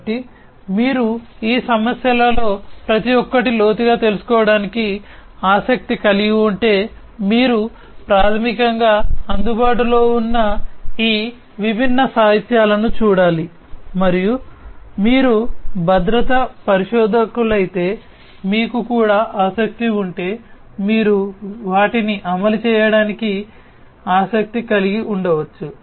కాబట్టి మీరు ఈ సమస్యలలో ప్రతి ఒక్కటి లోతుగా తెలుసుకోవటానికి ఆసక్తి కలిగి ఉంటే మీరు ప్రాథమికంగా అందుబాటులో ఉన్న ఈ విభిన్న సాహిత్యాలను చూడాలి మరియు మీరు భద్రతా పరిశోధకులైతే మీకు కూడా ఆసక్తి ఉంటే మీరు వాటిని అమలు చేయడానికి ఆసక్తి కలిగి ఉండవచ్చు